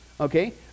Okay